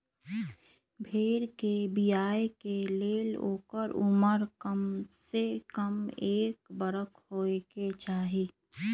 भेड़ कें बियाय के लेल ओकर उमर कमसे कम एक बरख होयके चाही